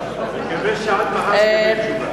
שעד מחר תהיה תשובה.